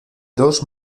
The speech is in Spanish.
dos